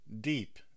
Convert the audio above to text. deep